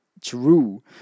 true